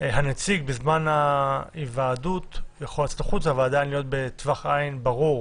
הנציג בזמן ההיוועדות יכול לצאת החוצה ועדיין להיות בטווח עין ברור.